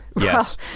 Yes